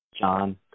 John